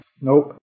Nope